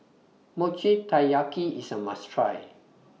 Mochi Taiyaki IS A must Try